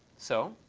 so